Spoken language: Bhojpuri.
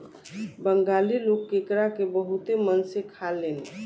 बंगाली लोग केकड़ा के बहुते मन से खालेन